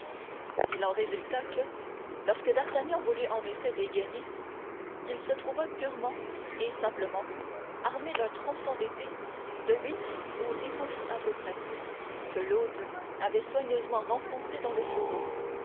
il en résulta que lorsque d'artagnan voulut en effet dégainer il se trouva purement et simplement armé d'un tronçon d'épée de huit ou dix pouces à peu près que l'hôte avait soigneusement renfoncé dans le fourreau